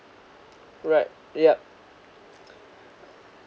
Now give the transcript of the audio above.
right yup